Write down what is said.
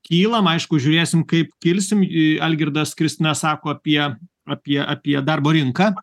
kylam aišku žiūrėsim kaip kilsim į algirdas kristina sako apie apie apie darbo rinką